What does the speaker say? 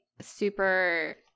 super